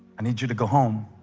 i need you to go home